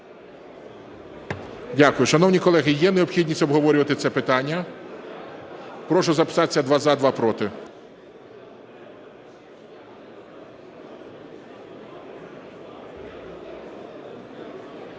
Дякую. Шановні колеги, є необхідність обговорювати це питання? Прошу записатися: два – за, два – проти.